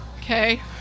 okay